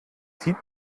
sieht